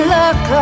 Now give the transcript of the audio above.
look